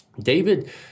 David